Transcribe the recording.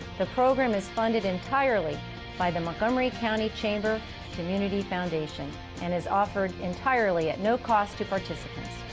the program is funded entirely by the montgomery county chamber community foundation and is offered entirely at no cost to participants.